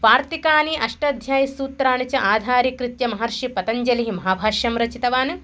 वार्तिकान् अष्टाध्यायीसूत्राणि च आधारीकृत्य महर्षिः पतञ्जलिः महाभाष्यं रचितवान्